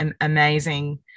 amazing